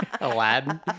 Aladdin